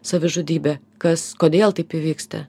savižudybė kas kodėl taip įvyksta